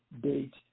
date